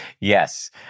Yes